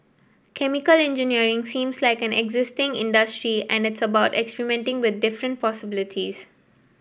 chemical engineering seems like an exciting industry and it's about experimenting with different possibilities